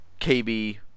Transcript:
KB